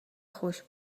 خوش